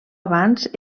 abans